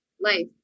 life